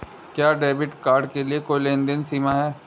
क्या debit card के लिए कोई लेनदेन सीमा है?